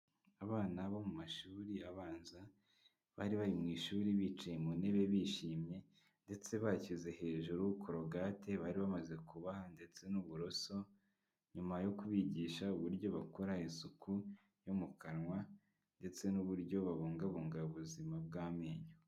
Abana bo mu mashuri abanza, bari bari mu ishuri bicaye mu ntebe bishimye ndetse bashyize hejuru korogate, bari bamaze kubaha ndetse n'uburoso, nyuma yo kubigisha uburyo bakora isuku yo mu kanwa ndetse n'uburyo babungabunga ubuzima bw'amenyo.